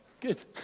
Good